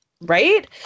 Right